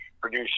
produce